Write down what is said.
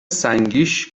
سنگیش